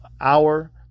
hour